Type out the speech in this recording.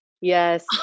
Yes